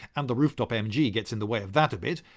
and the rooftop mg gets in the way of that a bit.